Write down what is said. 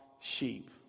sheep